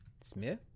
Smith